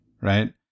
Right